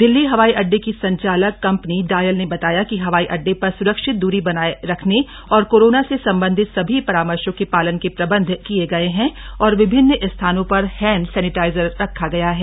दिल्ली हवाई अड्डे की संचालक कम्पनी डायल ने बताया कि हवाई अड्डे पर सुरक्षित दूरी बनाए रखने और कोरोना से संबंधित सभी परामशों के पालन के प्रबंध किये गये है और विभिन्न स्थानों पर हैंड सैनिटाइजर रखा गया है